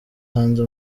hanze